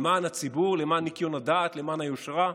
למען ניקיון הדעת, למען היושרה.